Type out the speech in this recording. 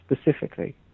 specifically